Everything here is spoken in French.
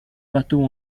bateaux